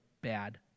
bad